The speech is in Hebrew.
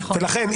ולכן,